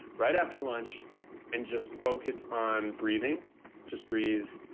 right after lunch and just focus on breathing just breathe,